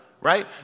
right